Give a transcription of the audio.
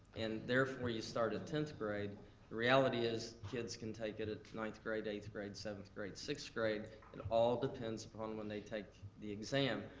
and therefore you start at tenth grade, the reality is, kids can take it at ninth grade, eighth grade, seventh grade, sixth grade. it all depends upon when they take the exam.